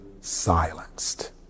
silenced